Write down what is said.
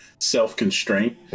self-constraint